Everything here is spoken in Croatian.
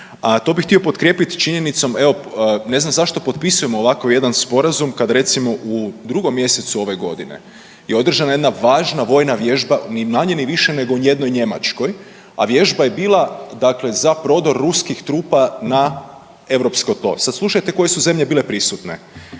to bih htio potkrijepiti činjenicom evo ne znam zašto potpisujemo ovakav jedan sporazum kada recimo u 2. mjesecu ove godine je održana jedna važna vojna vježba ni manje, ni više nego u jednoj Njemačkoj a vježba je bila dakle za prodor ruskih trupa na europsko tlo. Sada slušajte koje su zemlje bile prisutne.